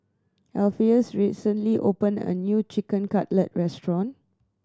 Alpheus recently opened a new Chicken Cutlet Restaurant